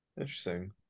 Interesting